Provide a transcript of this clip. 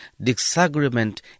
disagreement